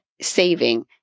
saving